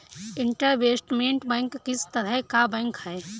Investment bank किस तरह का बैंक है?